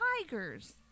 tigers